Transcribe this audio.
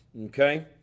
okay